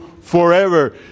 forever